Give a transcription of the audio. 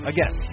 Again